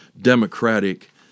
democratic